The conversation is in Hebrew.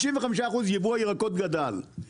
יבוא הירקות גדל ב-65%.